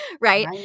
Right